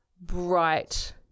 bright